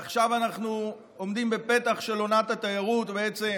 עכשיו אנחנו עומדים בפתח של עונת התיירות, בעצם